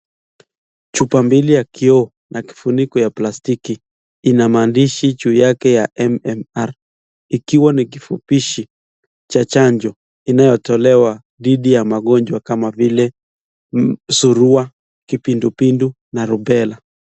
Chupa mbili ya kioo na kifuniko ya plastiki ina maandishi juu yake ya MMR. Ikiwa ni kifupishi cha chanjo inayotolewa dhidi ya magonjwa kama surua, kipindupindu, na rubela.